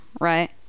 right